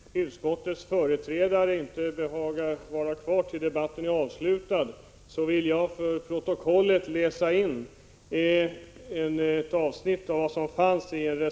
Herr talman! Då utskottets företrädare inte behagar vara kvar i kammaren tills debatten är avslutad, vill jag till protokollet läsa in ett avsnitt i en